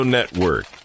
Network